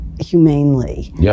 humanely